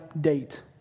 date